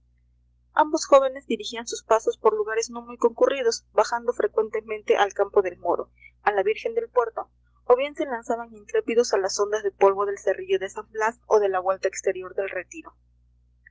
ambos jóvenes dirigían sus pasos por lugares no muy concurridos bajando frecuentemente al campo del moro a la virgen del puerto o bien se lanzaban intrépidos a las ondas de polvo del cerrillo de san blas o de la vuelta exterior del retiro